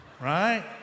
Right